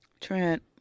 trent